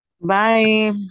Bye